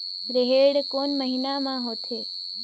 रेहेण कोन महीना म होथे?